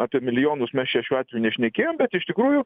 apie milijonus mes čia šiuo atveju nešnekėjom bet iš tikrųjų